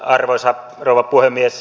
arvoisa rouva puhemies